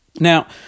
Now